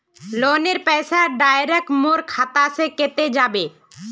लोनेर पैसा डायरक मोर खाता से कते जाबे?